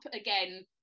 again